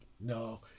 no